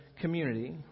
community